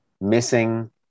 missing